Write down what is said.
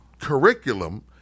curriculum